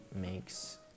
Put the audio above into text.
makes